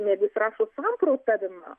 jeigu jis rašo samprotavimą